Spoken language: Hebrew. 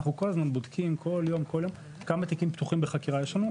אנחנו כל הזמן בודקים כמה תיקים פתוחים בחקירה יש לנו.